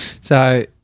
So-